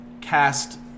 cast